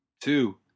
two